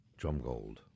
Drumgold